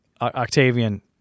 Octavian